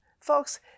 Folks